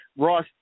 Ross